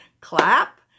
Clap